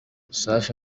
safi